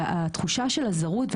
והתחושה של הזרות,